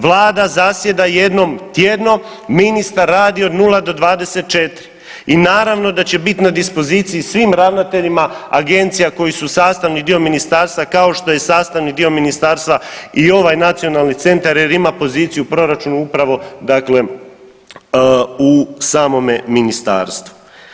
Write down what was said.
Vlada zasjeda jednom tjedno, ministar radi od 0-24 i naravno da će bit na dispoziciji svim ravnateljima agencija koja su sastavni dio ministarstava, kao što je sastavni dio ministarstva i ovaj nacionalni centar jer ima poziciju u proračunu upravo dakle u samome ministarstvu.